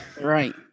Right